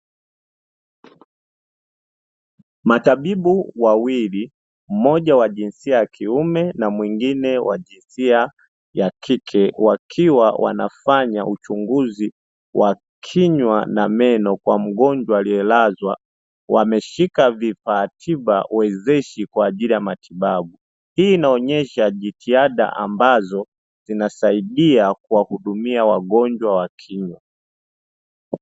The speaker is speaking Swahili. Matabibu wawili mmoja wa jinsia ya kiume na mwingine wa jinsia ya kike, wakiwa wanafanya uchunguzi wa kinywa na meno kwa mgonjwa aliyelazwa, wameshika vifaa tiba wezeshi kwaajili ya matibabu. Hii inaonyesha jitihada ambazo zinasaidia kuwahudumia wagonjwa wa kinywa.